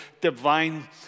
Divine